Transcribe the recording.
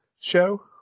show